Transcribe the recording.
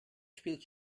spielt